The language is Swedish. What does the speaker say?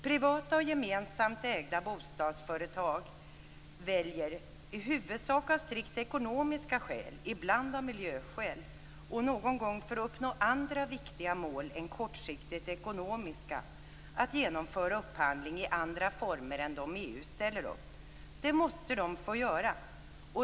Privata och gemensamt ägda bostadsföretag väljer i huvudsak av strikt ekonomiska skäl, ibland av miljöskäl och någon gång för att uppnå andra viktiga mål än kortsiktigt ekonomiska, att genomföra upphandlingen i andra former än dem som EU ställer upp. Det måste de få göra.